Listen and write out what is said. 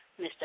Mr